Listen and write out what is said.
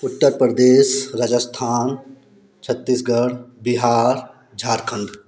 Uttar Pradesh Rajasthan Chhattisgarh Bihar Jharkhand